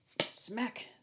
smack